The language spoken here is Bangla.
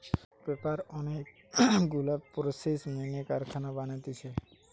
পেপার অনেক গুলা প্রসেস মেনে কারখানায় বানাতিছে